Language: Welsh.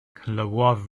clywodd